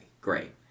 great